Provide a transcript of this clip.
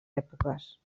èpoques